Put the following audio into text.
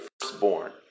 firstborn